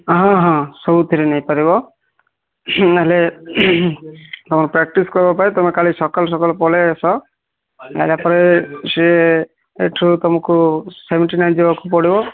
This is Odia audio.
ହଁ ହଁ ସବୁଥିରେ ନେଇ ପାରିବ ହେଲେ ହଁ ପ୍ରାକ୍ଟିସ୍ କରବା ତୁମେ କାଲି ସକାଳୁ ସକାଳୁ ପଳାଇଆସ ଆସିଲା ପରେ ସେ ଏଇଠୁ ତୁମକୁ ସେବେଣ୍ଟିନାଇନ୍ ଯିବାକୁ ପଡ଼ିବ